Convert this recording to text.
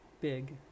big